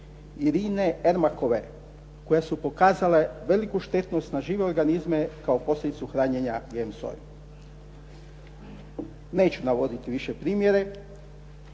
Irine Ermakove koja su pokazala veliku štetnost na žive organizme kao posljedicu hranjenja GMO sojom. Neću navoditi više primjere.